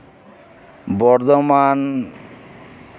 Bardhaman